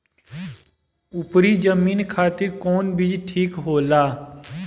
उपरी जमीन खातिर कौन बीज ठीक होला?